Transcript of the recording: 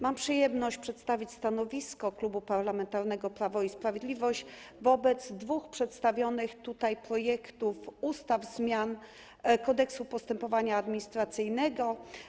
Mam przyjemność przedstawić stanowisko Klubu Parlamentarnego Prawo i Sprawiedliwość wobec dwóch przedstawionych tutaj projektów ustaw o zmianie Kodeksu postępowania administracyjnego.